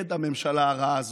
סיעת התאחדות